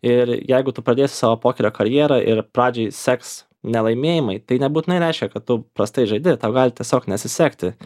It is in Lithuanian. ir jeigu tu pradėsi savo pokerio karjerą ir pradžioj seks nelaimėjimai tai nebūtinai reiškia kad tu prastai žaidi tau gali tiesiog nesisekti